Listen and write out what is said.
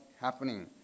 happening